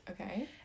Okay